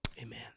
Amen